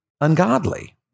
ungodly